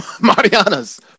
Mariana's